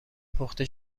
پخته